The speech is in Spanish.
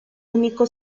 único